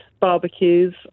barbecues